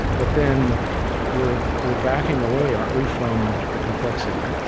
but then we're we're backing away, aren't we, from the complexity?